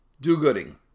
Do-gooding